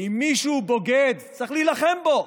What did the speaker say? כי אם מישהו בוגד, צריך להילחם בו.